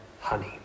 honey